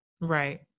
Right